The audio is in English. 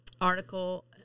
article